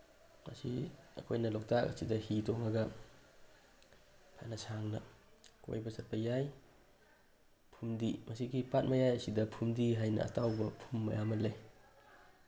ꯃꯁꯤ ꯑꯩꯈꯣꯏꯅ ꯂꯣꯛꯇꯥꯛ ꯑꯁꯤꯗ ꯍꯤ ꯇꯣꯡꯉꯒ ꯐꯅ ꯁꯥꯡꯅ ꯀꯣꯏꯕ ꯆꯠꯄ ꯌꯥꯏ ꯐꯨꯝꯗꯤ ꯃꯁꯤꯒꯤ ꯄꯥꯠ ꯃꯌꯥꯏ ꯑꯁꯤꯗ ꯐꯨꯝꯗꯤ ꯍꯥꯏꯅ ꯑꯇꯥꯎꯕ ꯐꯨꯝ ꯃꯌꯥꯝ ꯑꯃ ꯂꯩ